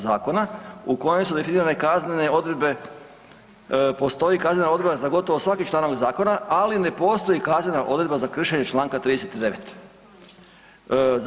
Zakona u kojem su definirane kaznene odredbe postoji kaznena odredba za gotovo svaki članak zakona, ali ne postoji kaznena odredba za kršenje članka 39.